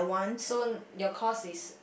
soon your course is